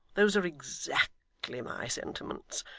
those are exactly my sentiments,